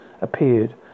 appeared